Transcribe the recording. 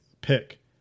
pick